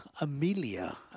Amelia